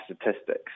statistics